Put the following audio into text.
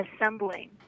assembling